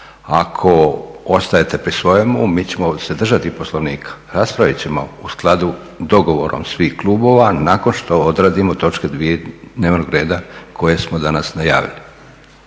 Ako ostajete pri svojemu, mi ćemo se držati Poslovnika. Raspravit ćemo u skladu dogovorom svih klubova nakon što odradimo točke dvije dnevnog reda koje smo danas najavili.